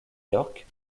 york